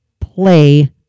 play